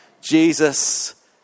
Jesus